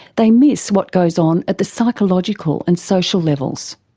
they miss what goes on at the psychological and social levels.